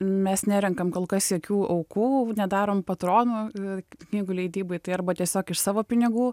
mes nerenkam kol kas jokių aukų nedarom patronų knygų leidybai tai arba tiesiog iš savo pinigų